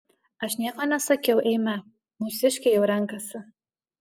aš nieko nesakiau eime mūsiškiai jau renkasi